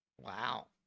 Wow